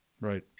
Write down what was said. right